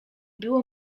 było